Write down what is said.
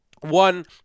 One